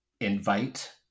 invite